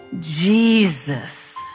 Jesus